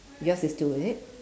yours is two is it